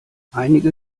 einige